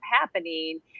happening